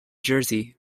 jersey